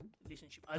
relationship